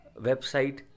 website